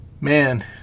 man